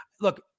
look